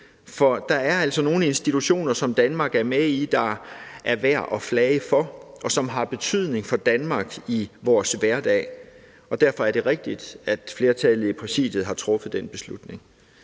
for der er altså nogle institutioner, som Danmark er med i, som det er værd at flage for, og som har betydning for Danmark i vores hverdag. Derfor er det rigtigt af flertallet i Præsidiet at have truffet den beslutning.